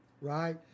right